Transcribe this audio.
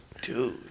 Dude